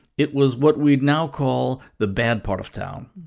it was what we'd now call the bad part of town.